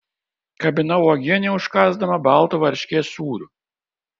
kabinau uogienę užkąsdama baltu varškės sūriu